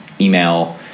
email